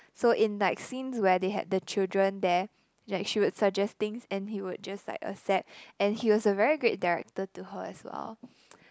so in like scenes where they had the children there like she would suggest things and he would just like accept and he was a very great director to her as well